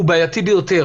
הוא בעייתי ביותר.